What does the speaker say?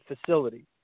facility